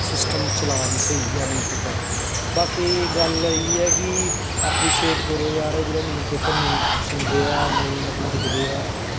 system चला दी स्हेई गै ऐ न्यूज़ पेपर बाकी गल्ल एह् ऐ कि अप्रीशीएट करो यार जेह्ड़ा न्यूज़ पेपर नेईं सुनदे ऐ नेईं मतलब दिखदे ऐ